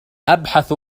أبحث